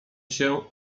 się